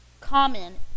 common